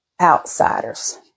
outsiders